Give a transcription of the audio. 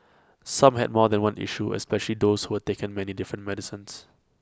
some had more than one issue especially those who were taking many different medicines